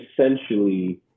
essentially